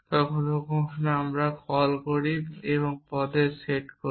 কখনও কখনও আমরা কল করি এবং পদের সেট করি